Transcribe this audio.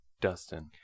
dustin